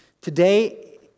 Today